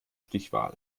stichwahl